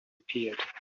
appeared